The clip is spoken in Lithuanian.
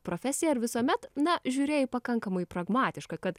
profesiją ar visuomet na žiūrėjai pakankamai pragmatiška kad